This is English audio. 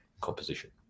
composition